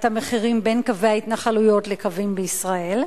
המחירים בין קווי ההתנחלויות לקווים בישראל?